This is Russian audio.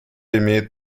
имеет